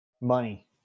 Money